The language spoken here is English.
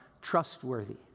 trustworthy